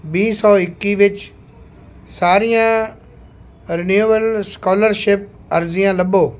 ਵੀਹ ਸੌ ਇੱਕੀ ਵਿੱਚ ਸਾਰੀਆਂ ਰੀਨੇਬਲ ਸਕਾਲਰਸ਼ਿਪ ਅਰਜ਼ੀਆਂ ਲੱਭੋ